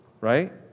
Right